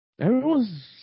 Everyone's